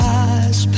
eyes